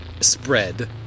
spread